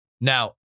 Now